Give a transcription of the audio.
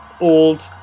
old